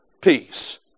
peace